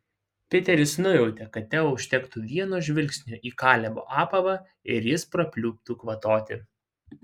piteris nujautė kad teo užtektų vieno žvilgsnio į kalebo apavą ir jis prapliuptų kvatoti